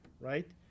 right